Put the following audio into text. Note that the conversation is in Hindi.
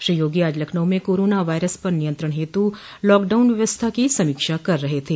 श्री योगी आज लखनऊ में कोरोना वायरस पर नियंत्रण हेतु लॉकडाउन व्यवस्था की समीक्षा कर रहे थे